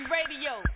Radio